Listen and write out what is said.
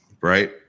right